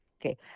Okay